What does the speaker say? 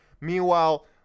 Meanwhile